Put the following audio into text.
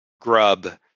grub